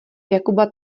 jakuba